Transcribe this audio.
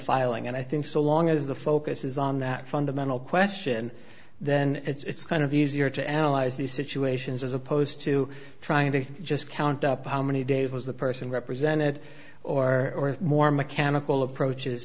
filing and i think so long as the focus is on that fundamental question then it's kind of use your to analyze these situations as opposed to trying to just count up how many days was the person represented or more mechanical approaches